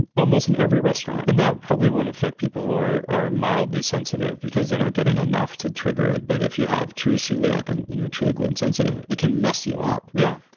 and almost in every restaurant and that probably won't affect people who are are mildly sensitive because they're not getting enough to trigger it, but if you have true celiac, and you're truly gluten sensitive it can mess you up yeah.